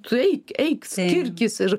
tu eik eik skirkis ir